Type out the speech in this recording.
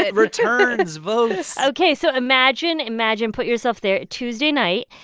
ah returns, votes ok, so imagine imagine put yourself there tuesday night.